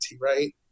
right